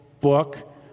book